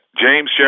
James